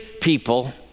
people